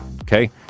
Okay